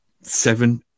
seven